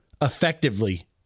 effectively